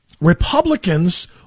Republicans